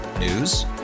News